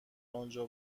آنجا